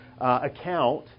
account